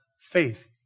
faith